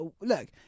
look